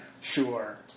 Sure